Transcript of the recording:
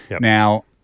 Now